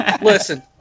Listen